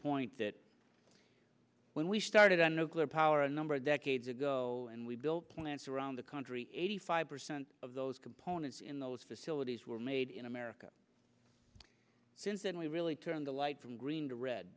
point that when we started our nuclear power a number of decades ago and we built plants around the country eighty five percent of those components in those facilities were made in america since then we really turned the light from green to re